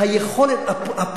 לאהוב זה טוב,